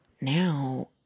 now